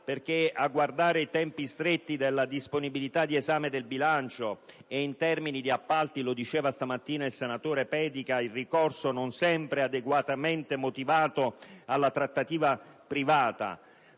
perché, a guardare i tempi stretti della disponibilità di esame del bilancio e, in termini di appalti - come diceva stamattina il senatore Pedica - il ricorso non sempre adeguatamente motivato alla trattativa privata,